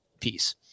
piece